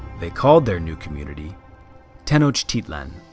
they called their new community tenochtitlan,